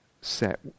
set